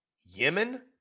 Yemen